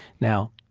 now,